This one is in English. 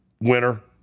winner